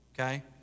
okay